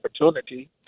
opportunity